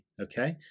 okay